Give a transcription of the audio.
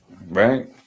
right